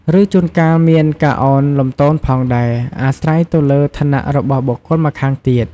ឬជួនកាលមានការឱនលំទោនផងដែរ អាស្រ័យទៅលើឋានៈរបស់បុគ្គលម្ខាងទៀត។